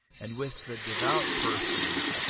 and with the devout persons,